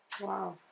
Wow